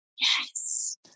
Yes